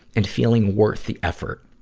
and feeling worth the effort.